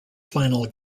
final